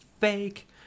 fake